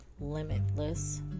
limitless